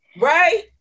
Right